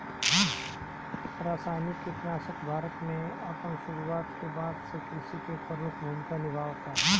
रासायनिक कीटनाशक भारत में अपन शुरुआत के बाद से कृषि में एक प्रमुख भूमिका निभावता